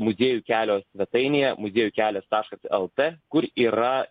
muziejų kelio svetainėje muziejų kelias taškas lt kur yra